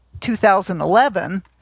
2011